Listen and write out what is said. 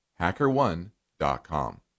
HackerOne.com